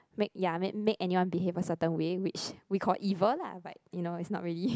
make ya make make anyone behaviour certain way which we call evil lah but you know it's not really